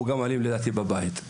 הוא גם אלים לדעתי בבית.